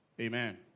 Amen